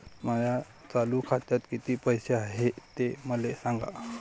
माया चालू खात्यात किती पैसे हाय ते मले सांगा